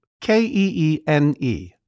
K-E-E-N-E